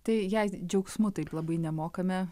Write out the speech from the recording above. tai jei džiaugsmu taip labai nemokame